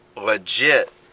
legit